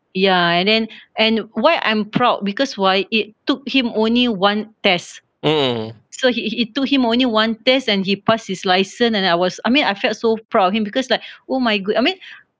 ya and then and why I'm proud because why it took him only one test so he he it took him only one test and he pass his license and then I was I mean I felt so proud of him because like oh my good I mean